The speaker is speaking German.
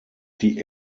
die